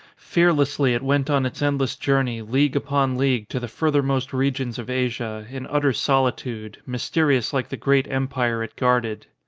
fear lessly, it went on its endless journey, league upon league to the furthermost regions of asia, in utter solitude, mysterious like the great empire it guarded.